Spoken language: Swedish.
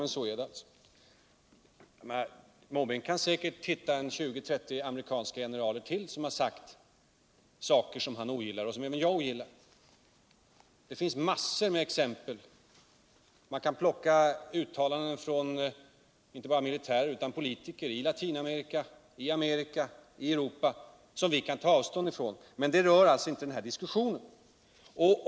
Bertil Måbrink kan säkert hitta 20-30 generaler till som har sagt saker som Bertil Måbrink ogillar och som även jag ogillar. Det finns massor uv exempel. Man kan plocka fram uttalanden inte bara av militärer utan även av politiker i Latinamerika, Nordamerika och Europa som vi kan ta avstånd ifrån, men det rör inte den här diskussionen.